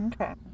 Okay